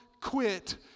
quit